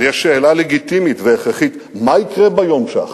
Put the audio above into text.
אבל יש שאלה לגיטימית והכרחית: מה יקרה ביום שאחרי?